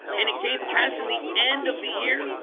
and it came to pass in the end of the year